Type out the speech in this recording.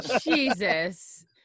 Jesus